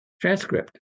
transcript